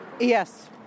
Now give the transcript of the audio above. Yes